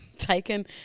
Taken